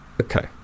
Okay